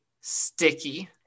Sticky